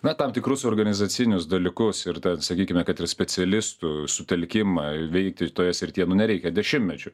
na tam tikrus organizacinius dalykus ir ten sakykime kad ir specialistų sutelkimą veikti toje srityje nu nereikia dešimtmečių